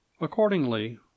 Accordingly